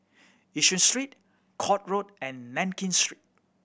Yishun Street Court Road and Nankin Street